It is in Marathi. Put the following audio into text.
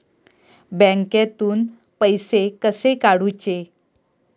बँकेतून पैसे कसे काढूचे?